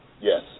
Yes